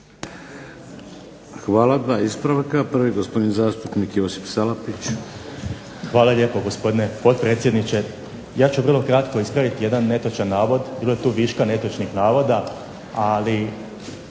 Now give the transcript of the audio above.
Hvala. Dva ispravka. Prvi gospodin zastupnik Josip Salapić. **Salapić, Josip (HDZ)** Hvala lijepo gospodine potpredsjedniče. Ja ću vrlo kratko ispraviti jedan netočan navod. Bilo je tu viška netočnih navoda. Ali